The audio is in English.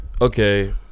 Okay